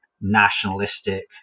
nationalistic